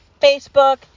Facebook